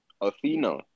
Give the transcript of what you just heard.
Athena